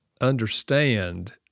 understand